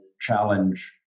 challenge